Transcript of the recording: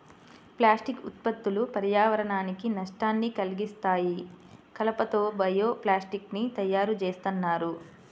plastic ఉత్పత్తులు పర్యావరణానికి నష్టాన్ని కల్గిత్తన్నాయి, కలప తో బయో ప్లాస్టిక్ ని తయ్యారుజేత్తన్నారు